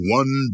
one